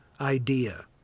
idea